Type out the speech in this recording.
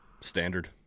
standard